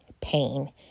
pain